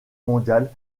mondiale